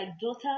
daughter